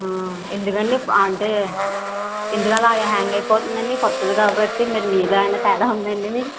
ఎందుకండి అంటే ఎందువల్ల అది హ్యాంగ్ అయిపోతుంది అండి కొత్తది కాబట్టి మరి మీది ఏమన్న తేడా ఉందండి మీ